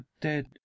dead